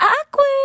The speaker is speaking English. awkward